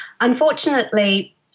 unfortunately